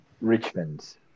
Richmond